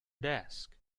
desk